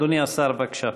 אדוני השר, בבקשה.